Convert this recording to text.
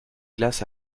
glace